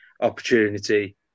opportunity